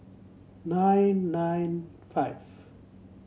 nine nine five